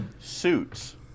suits